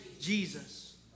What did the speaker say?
Jesus